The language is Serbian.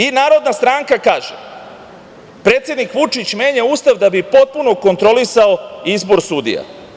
I Narodna stranka kaže - predsednik Vučić menja Ustav da bi potpuno kontrolisao izbor sudija.